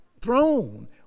THRONE